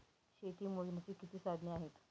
शेती मोजण्याची किती साधने आहेत?